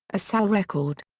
a sal record.